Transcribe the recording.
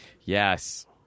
Yes